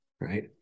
Right